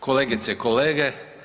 Kolegice i kolege.